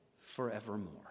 Forevermore